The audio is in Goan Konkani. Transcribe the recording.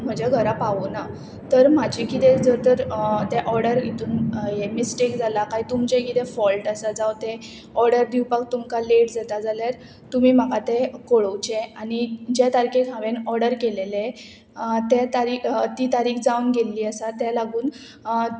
म्हज्या घरा पावोना तर म्हाजें किदें जर तर तें ऑर्डर हितून हें मिस्टेक जालां काय तुमचें कितें फॉल्ट आसा जावं तें ऑर्डर दिवपाक तुमकां लेट जाता जाल्यार तुमी म्हाका तें कळोवचें आनी जे तारखेक हांवेन ऑर्डर केलेले ते तारीक ती तारीख जावन गेल्ली आसा ते लागून